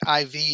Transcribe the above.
iv